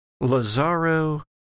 Lazaro